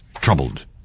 Troubled